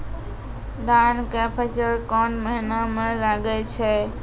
धान के फसल कोन महिना म लागे छै?